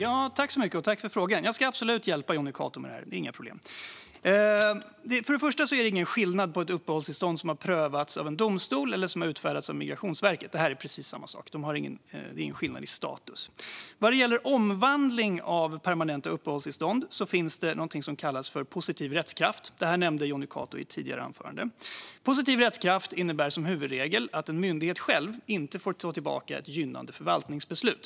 Herr talman! Tack, Jonny Cato, för frågan! Jag ska absolut hjälpa Jonny Cato med detta. Det är inga problem. Först och främst är det ingen skillnad på ett uppehållstillstånd som har prövats av en domstol eller som har utfärdats av Migrationsverket. Det är precis samma sak. Det är ingen skillnad i status mellan dem. När det gäller omvandling av permanenta uppehållstillstånd finns det någonting som kallas för positiv rättskraft. Detta nämnde Jonny Cato i ett tidigare anförande. Positiv rättskraft innebär som huvudregel att en myndighet själv inte får ta tillbaka ett gynnande förvaltningsbeslut.